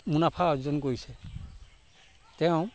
মুনাফা অৰ্জন কৰিছে তেওঁ